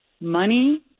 Money